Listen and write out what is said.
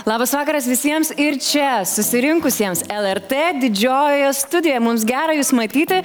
labas vakaras visiems ir čia susirinkusiems lrt didžiojoje studijoje mums gera jus matyti